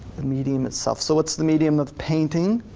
the medium itself, so what's the medium of painting?